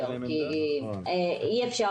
אי אפשר,